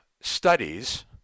studies